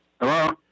Hello